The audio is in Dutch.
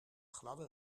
gladde